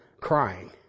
crying